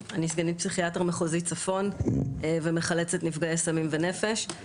אני סגנית פסיכיאטר מחוזי צפון ומחלצת נפגעי סמים ונפש.